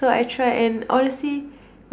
so I tried and honestly